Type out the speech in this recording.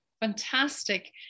fantastic